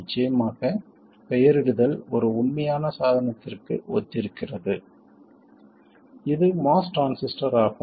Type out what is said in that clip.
நிச்சயமாக பெயரிடுதல் ஒரு உண்மையான சாதனத்திற்கு ஒத்திருக்கிறது இது MOS டிரான்சிஸ்டர் ஆகும்